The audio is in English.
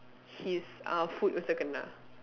his uh foot also kena